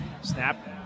Snap